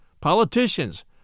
politicians